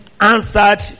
answered